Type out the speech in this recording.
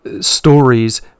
stories